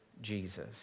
Jesus